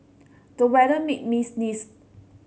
the weather made me sneeze